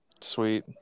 Sweet